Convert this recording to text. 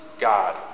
God